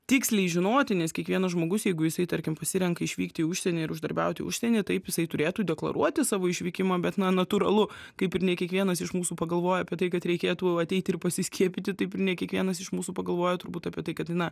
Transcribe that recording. tiksliai žinoti nes kiekvienas žmogus jeigu jisai tarkim pasirenka išvykti į užsienį ir uždarbiauti užsienyje taip jisai turėtų deklaruoti savo išvykimą bet na natūralu kaip ir ne kiekvienas iš mūsų pagalvoja apie tai kad reikėtų ateiti ir pasiskiepyti taip ir ne kiekvienas iš mūsų pagalvoja turbūt apie tai kad na